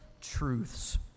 truths